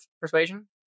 persuasion